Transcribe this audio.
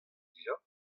dija